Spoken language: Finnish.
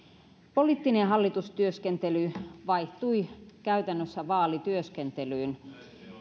poliittinen hallitustyöskentely vaihtui käytännössä vaalityöskentelyyn